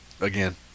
Again